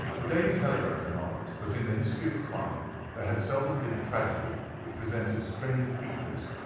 the daily telegraph remarked that in the history of crime there had seldom been a tragedy which presented stranger features.